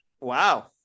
Wow